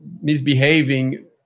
misbehaving